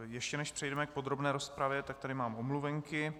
Ještě než přejdeme k podrobné rozpravě, tak tady mám omluvenky.